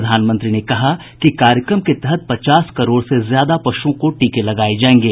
प्रधानमंत्री ने कहा कि कार्यक्रम के तहत पचास करोड़ से ज्यादा पशुओं को टीके लगाए जाएंगे